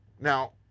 Now